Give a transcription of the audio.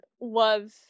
love